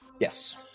Yes